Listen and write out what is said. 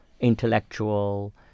intellectual